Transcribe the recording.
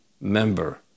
member